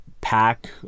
pack